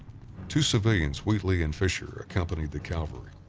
two civilians, wheatley and fisher, accompanied the cavalry,